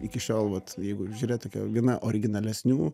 iki šiol vat jeigu žiūrėt tokia viena originalesnių